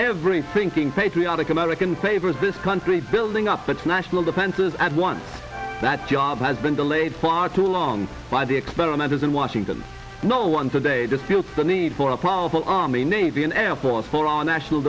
every thinking patriotic american pavers this country building up but national defense is at once that job has been delayed far too long by the experimenters in washington no one today just feels the need for a powerful army navy an air force for our national